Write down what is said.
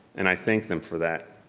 and i thank them for that.